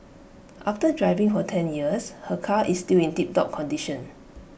after driving for ten years her car is still in tiptop condition